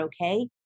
okay